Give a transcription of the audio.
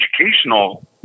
educational